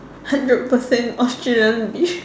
hundred percent Australian beef